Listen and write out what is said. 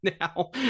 now